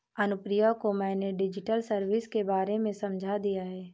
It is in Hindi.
अनुप्रिया को मैंने डिजिटल सर्विस के बारे में समझा दिया है